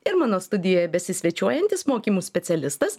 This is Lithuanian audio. ir mano studijoje besisvečiuojantis mokymų specialistas